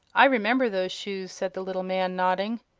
i remember those shoes, said the little man, nodding.